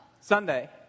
Sunday